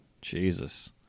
Jesus